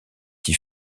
qui